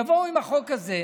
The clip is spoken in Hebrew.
יבואו עם החוק הזה,